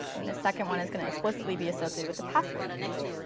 this second one is going to explicitly be associated with the password field.